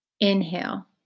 inhale